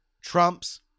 Trump's